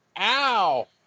Ow